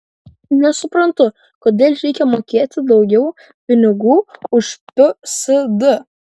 nesuprantu kodėl reikia mokėti daugiau pinigų už psd